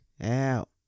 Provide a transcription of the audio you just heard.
out